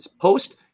post